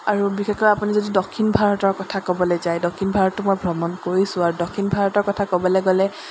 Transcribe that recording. আৰু বিশেষকৈ আপুনি যদি দক্ষিণ ভাৰতৰ কথা ক'বলৈ যায় দক্ষিণ ভাৰতটো মই ভ্ৰমণ কৰিছোঁ আৰু দক্ষিণ ভাৰতৰ কথা ক'বলৈ গ'লে